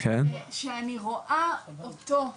שאני רואה אותו פה